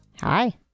hi